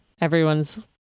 everyone's